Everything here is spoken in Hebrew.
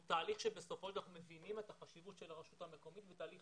הוא תהליך שבסופו אנחנו מבינים את החשיבות של הרשות המקומית בתהליך